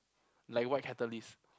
like white catalyst